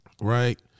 Right